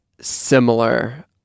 similar